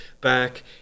back